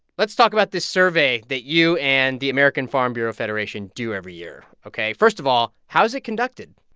let's talk about this survey that you and the american farm bureau federation do every year, ok? first of all, how is it conducted?